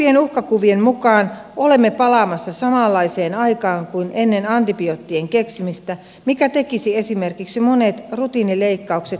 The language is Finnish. pahimpien uhkakuvien mukaan olemme palaamassa samanlaiseen aikaan kuin ennen antibioottien keksimistä mikä tekisi esimerkiksi monet rutiinileikkaukset hengenvaarallisiksi